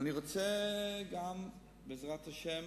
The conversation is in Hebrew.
אני רוצה גם, בעזרת השם,